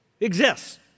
exists